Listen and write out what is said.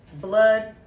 blood